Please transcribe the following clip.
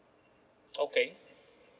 okay